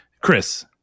Chris